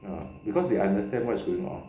ya because they understand what's going on